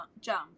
jump